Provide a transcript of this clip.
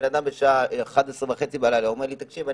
בן אדם בשעה 23:30 אומר לי: תקשיב,